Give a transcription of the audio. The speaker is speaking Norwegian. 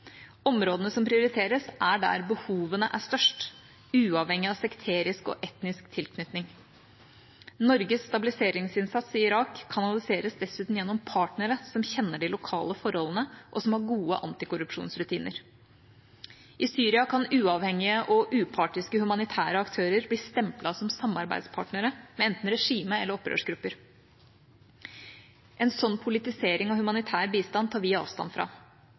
Områdene som prioriteres, er der behovene er størst, uavhengig av sekterisk og etnisk tilknytning. Norges stabiliseringsinnsats i Irak kanaliseres dessuten gjennom partnere som kjenner de lokale forholdene, og som har gode antikorrupsjonsrutiner. I Syria kan uavhengige og upartiske humanitære aktører bli stemplet som samarbeidspartnere med enten regimet eller opprørsgrupper. En sånn politisering av humanitær bistand tar vi avstand fra.